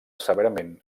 severament